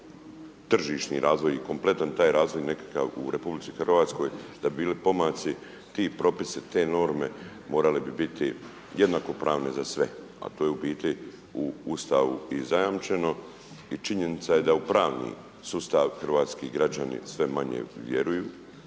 tržišni razvoj i kompletno taj razvoj nekakav u RH da bi bili pomaci ti propisi, te norme morale bi biti jednakopravne za sve, a to je u bitu u Ustavu i zajamčeno. I činjenica je da u pravni sustav hrvatski građani vjeruju,